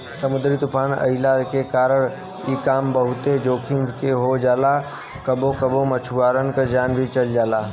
समुंदरी तूफ़ान अइला के कारण इ काम बहुते जोखिम के हो जाला कबो कबो मछुआरन के जान भी चल जाला